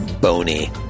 bony